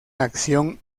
acción